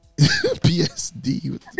PSD